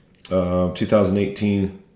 2018